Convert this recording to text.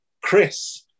Chris